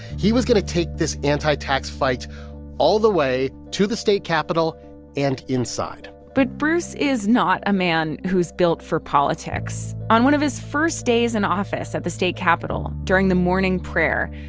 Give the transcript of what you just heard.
he was going to take this anti-tax fight all the way to the state capitol and inside but bruce is not a man who is built for politics. on one of his first days in office at the state capitol, during the morning prayer,